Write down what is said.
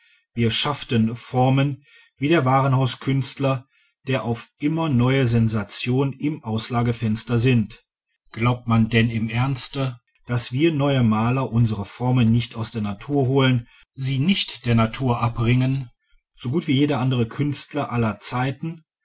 wir schafften formen wie der warenhauskünstler der auf immer neue sensationen im auslagefenster sinnt glaubt man denn im ernste daß wir neuen maler unsre formen nicht aus der natur holen sie nicht der natur abringen so gut wie jeder künstler aller zeiten